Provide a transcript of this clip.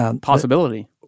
Possibility